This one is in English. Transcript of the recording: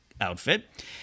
outfit